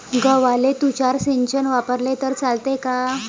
गव्हाले तुषार सिंचन वापरले तर चालते का?